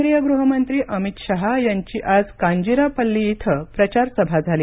केंद्रीय गृहमंत्री अमित शहा यांची आज कांजिरापल्ली इथं प्रचारसभा झाली